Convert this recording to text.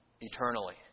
eternally